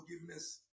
forgiveness